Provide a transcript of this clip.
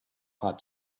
hot